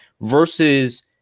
versus